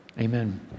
Amen